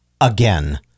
again